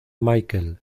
michael